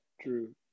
True